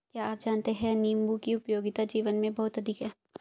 क्या आप जानते है नीबू की उपयोगिता जीवन में बहुत अधिक है